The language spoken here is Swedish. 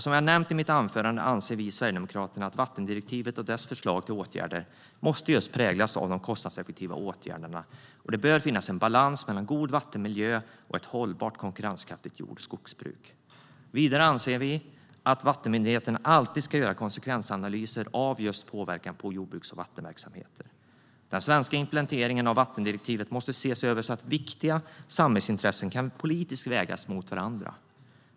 Som jag har nämnt i mitt anförande anser vi i Sverigedemokraterna att vattendirektivet och dess förslag till åtgärder måste präglas av kostnadseffektiva åtgärder. Det bör finnas en balans mellan god vattenmiljö och ett hållbart och konkurrenskraftigt jord och skogsbruk. Vidare anser vi att vattenmyndigheterna alltid ska göra konsekvensanalyser av påverkan på jordbruks och vattenverksamheter. Den svenska implementeringen av vattendirektivet måste ses över så att viktiga samhällsintressen kan vägas politiskt mot varandra.